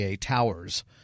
towers